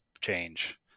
change